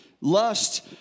Lust